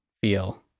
feel